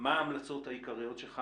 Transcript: מה ההמלצות העיקריות שלך?